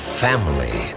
family